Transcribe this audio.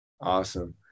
Awesome